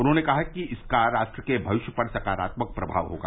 उन्होंने कहा कि इसका राष्ट्र के भविष्य पर सकारात्मक प्रभाव होगा